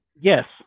Yes